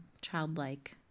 childlike